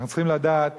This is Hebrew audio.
שמעתי